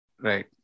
Right